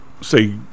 say